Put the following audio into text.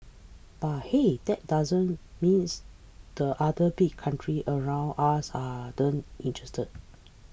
but hey that doesn't means the other big countries around us aren't interested